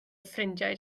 ffrindiau